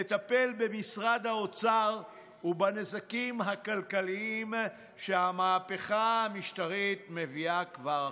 תטפל במשרד האוצר ובנזקים הכלכליים שהמהפכה המשטרית מביאה כבר עכשיו.